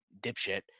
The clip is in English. dipshit